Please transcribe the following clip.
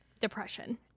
depression